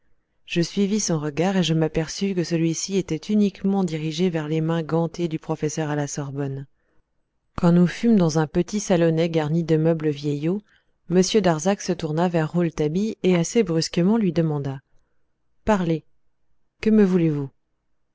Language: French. je suivis son regard et je m'aperçus que celui-ci était uniquement dirigé vers les mains gantées du professeur à la sorbonne quand nous fûmes dans un petit salon garni de meubles vieillots m darzac se tourna vers rouletabille et assez brusquement lui demanda parlez que me voulez-vous